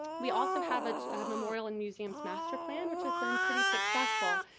we also have a memorial and museums master plan which has been pretty successful.